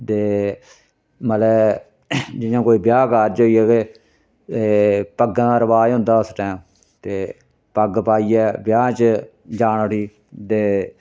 ते मतलब ऐ जियां कोई ब्याह् कारज होई गेआ ते पग्गां दा रवाज होंदा हा उस टाइम ते पग्ग पाइयै ब्याह् च जाना उठी ते